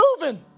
moving